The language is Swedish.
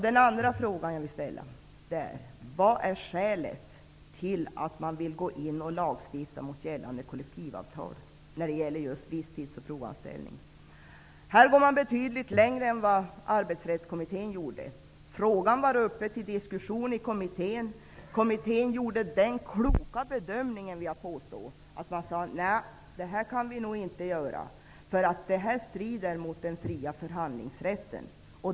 Den andra fråga som jag vill ställa lyder: Vad är skälet till att man vill gå in och lagstifta mot gällande kollektivavtal beträffande just visstidsoch provanställning? Här går man betydligt längre än Arbetsrättskommittén gjorde. Frågan var uppe till diskussion i kommittén, som gjorde den kloka bedömningen -- det vill jag påstå -- att man inte kunde göra en ändring, eftersom det skulle strida mot den fria förhandlingsrätten.